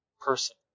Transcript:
person